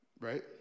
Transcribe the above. Right